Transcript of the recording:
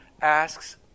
asks